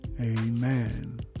Amen